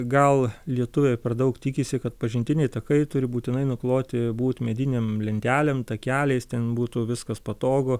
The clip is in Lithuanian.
gal lietuviai per daug tikisi kad pažintiniai takai turi būtinai nukloti būt medinėm lentelėm takeliais ten būtų viskas patogu